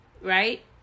Right